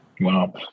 Wow